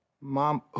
Mom